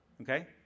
Okay